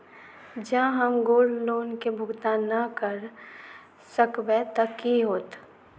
जँ हम gold loan केँ भुगतान न करऽ सकबै तऽ की होत?